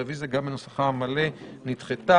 הרביזיה גם בנוסחה המלא נדחתה.